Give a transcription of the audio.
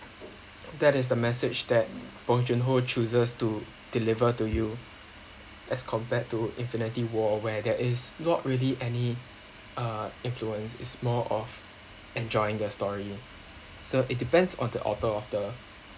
that is the message that bong joon [ho] chooses to deliver to you as compared to infinity war where there is not really any uh influence it's more of enjoying the story so it depends on the author of the